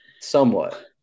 Somewhat